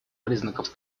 признаков